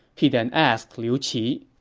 he then asked liu qi,